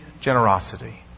generosity